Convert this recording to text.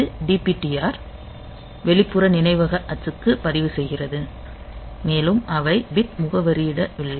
இது DPTR வெளிப்புற நினைவக அச்சுக்கு பதிவுசெய்கிறது மேலும் அவை பிட் முகவரியிடவில்லை